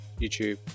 YouTube